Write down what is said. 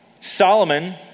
Solomon